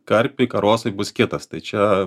karpiui karosai bus kitas tai čia